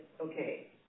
okay